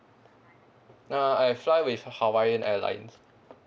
uh I fly with hawaiian airlines